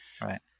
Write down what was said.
right